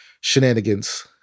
shenanigans